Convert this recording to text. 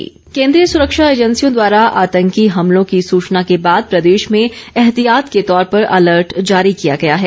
alert केन्द्रीय सुरक्षा एजेंसियों द्वारा आतंकी हमलों की सूचना के बाद प्रदेश में एहतियात के तौर पर अलर्ट जारी किया गया है